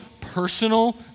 personal